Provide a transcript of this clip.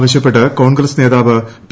ആവശ്യപ്പെട്ട് കോൺഗ്രസ് നേതാവ് പി